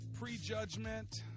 prejudgment